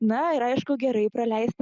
na ir aišku gerai praleisti